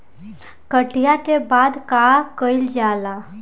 कटिया के बाद का कइल जाला?